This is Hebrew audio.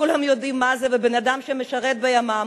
כולם יודעים מה זה בן-אדם שמשרת בימ"מ.